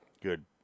Good